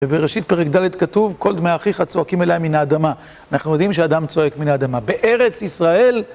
ובראשית פרק ד' כתוב, קול דמי אחיך צעקים אלי מן האדמה. אנחנו יודעים שהדם צועק מן האדמה. בארץ ישראל...